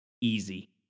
easy